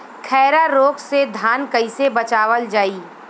खैरा रोग से धान कईसे बचावल जाई?